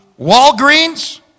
Walgreens